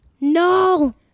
No